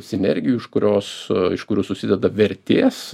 sinergijų iš kurios iš kurių susideda vertės